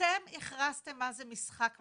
אתם הכרזתם מה זה משחק מוכרז,